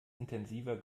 intensiver